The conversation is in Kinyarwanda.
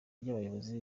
ry’abayobozi